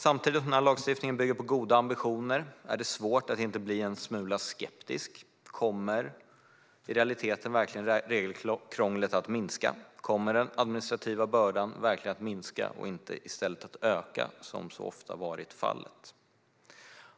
Samtidigt som lagstiftningen bygger på goda ambitioner är det svårt att inte bli en smula skeptisk. Kommer i realiteten verkligen regelkrånglet att minska? Kommer den administrativa bördan verkligen att minska och inte i stället öka, som så ofta har varit fallet?